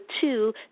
two